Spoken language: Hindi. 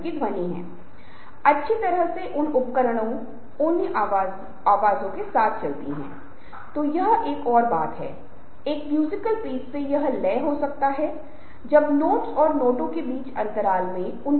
यह इंगित करने के लिए अपना हाथ उठाएं कि आप बोलना चाहते हैं जब वह काम नहीं करता है याद रखें की आप आवश्यकता पड़ने पर ही हस्तक्षेप करें